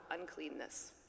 uncleanness